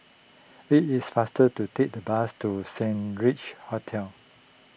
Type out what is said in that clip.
it is faster to take the bus to Saint Regis Hotel